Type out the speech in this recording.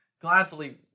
gladly